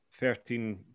13